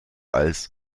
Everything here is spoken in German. als